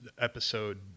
episode